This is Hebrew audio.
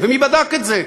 מי בדק את זה?